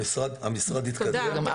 המשרד התקדם --- תודה,